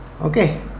Okay